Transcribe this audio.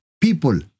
people